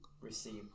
received